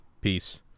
Peace